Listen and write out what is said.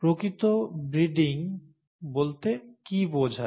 প্রকৃত ব্রিডিং বলতে কি বোঝায়